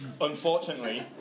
Unfortunately